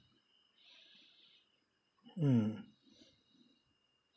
mm